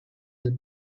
and